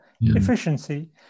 efficiency